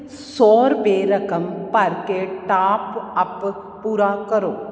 ਸੌ ਰੁਪਏ ਰਕਮ ਭਰ ਕੇ ਟਾਪਅਪ ਪੂਰਾ ਕਰੋ